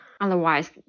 Otherwise